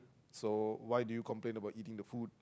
so why do you complaint about eating the food